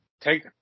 Take